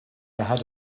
ahead